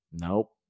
Nope